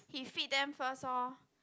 he feed them first loh